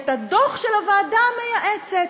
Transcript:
את הדוח של הוועדה המייעצת,